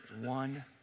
One